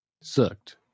Sucked